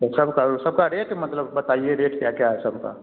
सबका सबका रेट मतलब बताइए रेट क्या क्या है सबका